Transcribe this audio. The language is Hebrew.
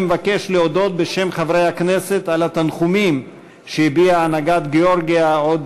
אני מבקש להודות בשם חברי הכנסת על התנחומים שהביעה הנהגת גאורגיה עוד